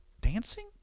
dancing